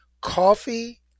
Coffee